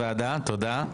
ככל שהוועדה תרצה,